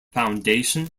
foundation